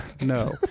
No